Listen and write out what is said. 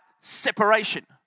separation